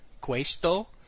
Questo